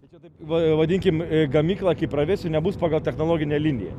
bet čia taip va vadinkim gamyklą kaip pravesiu nebus pagal technologinę liniją